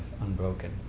unbroken